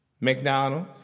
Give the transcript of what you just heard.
McDonald's